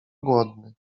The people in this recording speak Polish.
głodny